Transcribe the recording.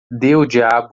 diabo